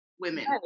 women